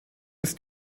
ist